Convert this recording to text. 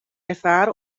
ervaren